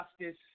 justice